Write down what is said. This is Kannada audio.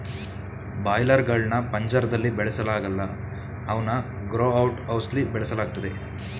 ಬಾಯ್ಲರ್ ಗಳ್ನ ಪಂಜರ್ದಲ್ಲಿ ಬೆಳೆಸಲಾಗಲ್ಲ ಅವನ್ನು ಗ್ರೋ ಔಟ್ ಹೌಸ್ಲಿ ಬೆಳೆಸಲಾಗ್ತದೆ